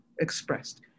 expressed